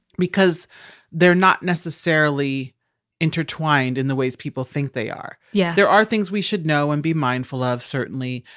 because they're not necessarily intertwined in the ways people think they are yeah there are things we should know and be mindful of certainly.